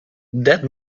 that